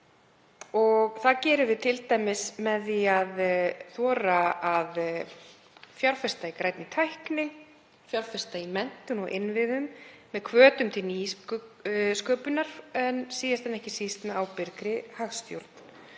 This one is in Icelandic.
Það gerum við t.d. með því að þora að fjárfesta í grænni tækni, fjárfesta í menntun og innviðum með hvötum til nýsköpunar en síðast en ekki síst með ábyrgri hagstjórn.